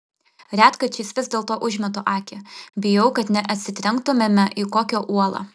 retkarčiais vis dėlto užmetu akį bijau kad neatsitrenktumėme į kokią uolą